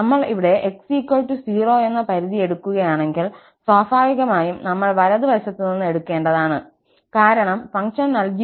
നമ്മൾ ഇവിടെ x 0 എന്ന പരിധി എടുക്കുകയാണെങ്കിൽ സ്വാഭാവികമായും നമ്മൾ വലതു വശത്ത് നിന്ന് എടുക്കേണ്ടതാണ് കാരണം ഫംഗ്ഷൻ നൽകിയിരിക്കുന്നത് 0 1 ൽ ആണ്